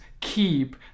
keep